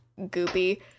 goopy